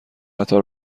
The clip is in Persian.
قطار